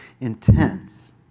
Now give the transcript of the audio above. intense